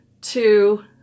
two